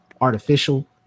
artificial